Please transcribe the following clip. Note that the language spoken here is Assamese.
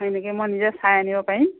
হয় নেকি মই নিজে চাই আনিব পাৰিম